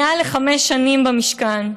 מעל חמש שנים במשכן,